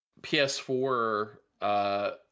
PS4